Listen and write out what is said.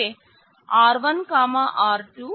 అంటే R1R2